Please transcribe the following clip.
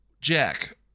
Jack